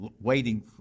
waiting